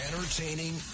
Entertaining